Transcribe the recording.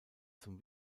zum